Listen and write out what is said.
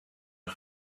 are